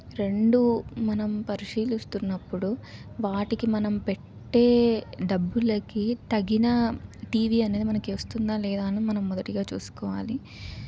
రెండు మనం పరిశీలిస్తున్నప్పుడు వాటికి మనం పెట్టే డబ్బులకి తగిన టీవీ అనేది మనకి వస్తుందా లేదా అని మనం మొదటిగా చూసుకోవాలి